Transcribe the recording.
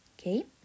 Okay